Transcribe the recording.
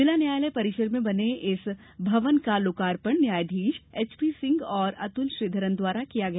जिला न्यायालय परिसर में बने इस भवन का लोकार्पण न्यायाधीश एचपी सिंह और अतुल श्रीधरन द्वारा किया गया